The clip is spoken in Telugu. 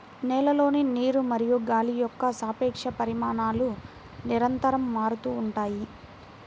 నేలలోని నీరు మరియు గాలి యొక్క సాపేక్ష పరిమాణాలు నిరంతరం మారుతూ ఉంటాయి